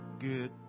good